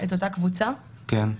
אדם חיובי בקבוצה הולך למלונית קורונה,